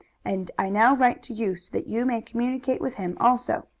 and i now write to you so that you may communicate with him also.